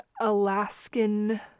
Alaskan